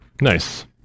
Nice